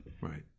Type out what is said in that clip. Right